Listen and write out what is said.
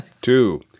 two